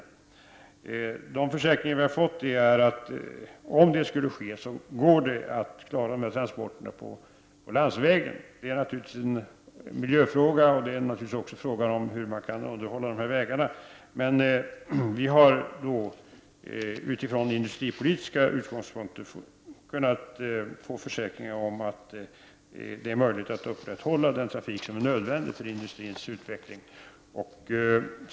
Vi har fått försäkringar om att det, om en nedläggning skulle ske, går att klara av dessa transporter på landsväg. Detta är naturligtvis en miljöfråga, och det är också en fråga om hur man kan underhålla dessa vägar. Vi har utifrån industripolitiska utgångspunkter fått försäkringar om att det är möjligt att upprätthålla den trafik som är nödvändig för industrins utveckling.